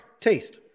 Taste